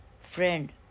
friend